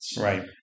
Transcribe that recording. Right